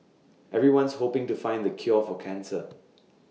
everyone's hoping to find the cure for cancer